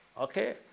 Okay